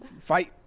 fight